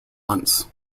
months